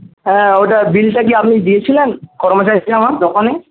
হ্যাঁ ওটা বিলটা কি আপনি দিয়েছিলেন কর্মচারীকে আমার দোকানে